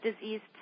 diseased